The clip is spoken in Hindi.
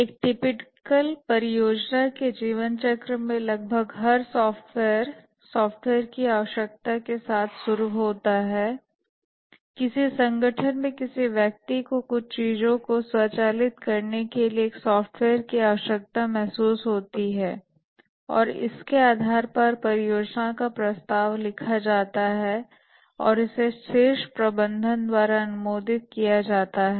एक टिपिकल परियोजना के जीवन चक्र में लगभग हर सॉफ्टवेयर सॉफ्टवेयर की आवश्यकता के साथ शुरू होता है किसी संगठन में किसी व्यक्ति को कुछ चीजों को स्वचालित करने के लिए एक सॉफ्टवेयर की आवश्यकता महसूस होती है और इसके आधार पर परियोजना का प्रस्ताव लिखा जाता है और इसे शीर्ष प्रबंधन द्वारा अनुमोदित किया जाता है